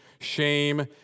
shame